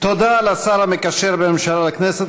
תודה לשר המקשר בין הממשלה לכנסת,